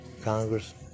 Congress